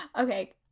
Okay